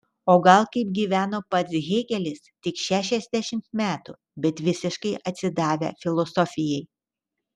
o gal kaip gyveno pats hėgelis tik šešiasdešimt metų bet visiškai atsidavę filosofijai